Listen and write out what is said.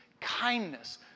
kindness